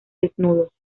desnudos